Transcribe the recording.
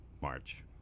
March